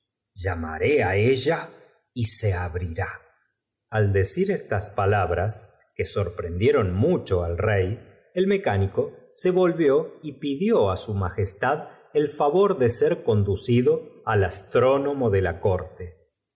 llamaré á ella y se abrirá encantamiento que había puesto fea á pir al decir estas palabras que sorprendía lipat a y para que se volviese tan hermosa ron mucho al rey el mecánico se volvió y pidió á s m el favor de ser conducido que una cosa que era que se comiese la al astrónomo de la corte